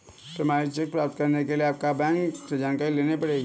प्रमाणित चेक प्राप्त करने के लिए आपको बैंक से जानकारी लेनी पढ़ेगी